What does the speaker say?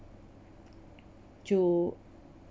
to